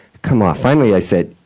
come on. finally, i said,